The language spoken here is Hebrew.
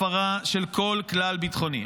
הפרה של כל כלל ביטחוני,